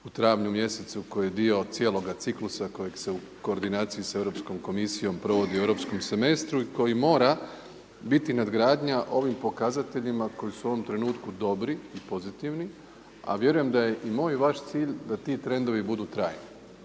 u travnju mjesecu koji je dio cijeloga ciklusa kojeg se u koordinaciji sa Europskom komisijom provodi u europskom semestru i koji mora biti nadgradnja ovim pokazateljima koji su u ovom trenutku dobri i pozitivni, a vjerujem da je i moj i vaš cilj da ti trendovi budu trajni,